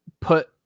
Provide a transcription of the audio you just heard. put